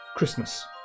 Christmas